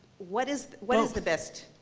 what is what is the best?